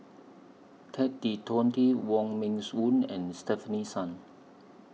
Ted De Ponti Wong Meng Voon and Stefanie Sun